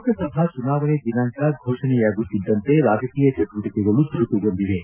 ಲೋಕಸಭಾ ಚುನಾವಣೆ ದಿನಾಂಕ ಘೋಷಣೆಯಾಗುತ್ತಿದ್ದಂತೆ ರಾಜಕೀಯ ಚಟುವಟಿಕೆಗಳು ಚುರುಕುಗೊಂಡಿವೆ